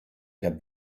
der